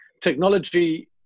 technology